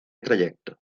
trayecto